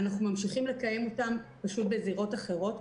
אנחנו ממשיכים לקיים אותם בזירות אחרות,